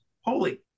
holy